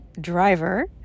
driver